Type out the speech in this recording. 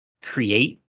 create